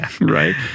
right